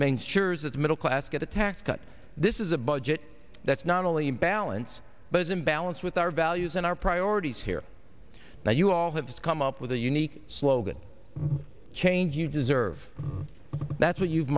the middle class get a tax cut this is a budget that's not only balance but is in balance with our values and our priorities here now you all have to come up with a unique slogan change you deserve that's what you've